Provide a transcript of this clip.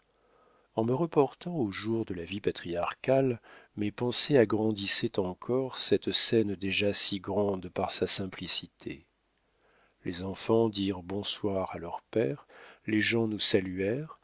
en me reportant aux jours de la vie patriarcale mes pensées agrandissaient encore cette scène déjà si grande par sa simplicité les enfants dirent bonsoir à leur père les gens nous saluèrent